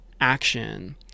action